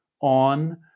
on